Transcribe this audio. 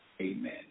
amen